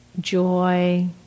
joy